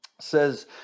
Says